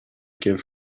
give